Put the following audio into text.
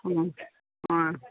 ആ